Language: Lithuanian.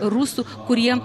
rusų kurie